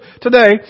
today